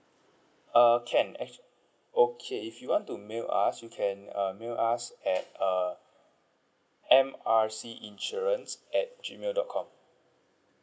err can act~ okay if you want to mail us you can uh mail us at err M R C insurance at G mail dot com